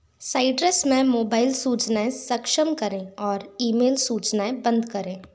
citrus में mobile सूचनाएँ सक्षम करें और ई मेल सूचनाएँ बंद करें